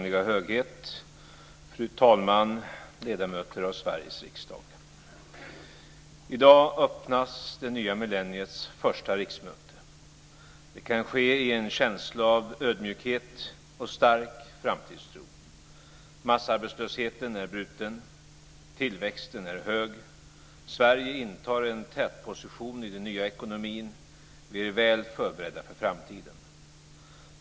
I dag öppnas det nya millenniets första riksmöte. Det kan ske i en känsla av ödmjukhet och stark framtidstro. Massarbetslösheten är bruten. Tillväxten är hög. Sverige intar en tätposition i den nya ekonomin. Vi är väl förberedda för framtiden.